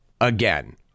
again